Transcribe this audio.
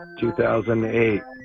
2008